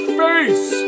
face